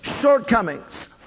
shortcomings